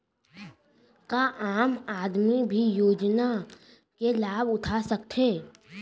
का आम आदमी भी योजना के लाभ उठा सकथे?